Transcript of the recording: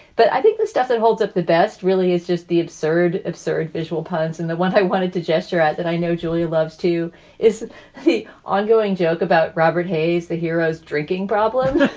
but i think the stuff that holds up the best really is just the absurd, absurd visual puns. and the what i wanted to gesture at that i know julie loves to is an ongoing joke about robert hayes, the hero's drinking problem,